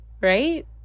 right